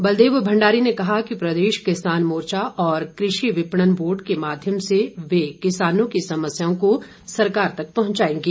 बलदेव भंडारी ने कहा कि प्रदेश किसान मोर्चा और कृषि विपणन बोर्ड के माध्यम से वे किसानों की समस्याओं को सरकार तक पहुंचाएंगे